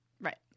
Right